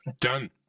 Done